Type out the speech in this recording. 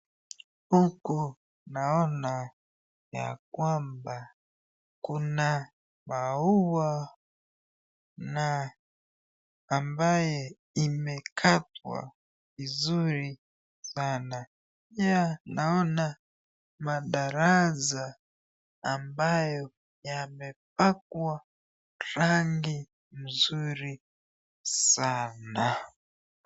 Huku naona ya kwamba kuna maua na ambaye imekatwa vizuri sana. Pia naona madarasa ambayo yamepakwa rangi vizuri sana.